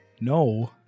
no